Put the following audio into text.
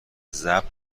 ضبط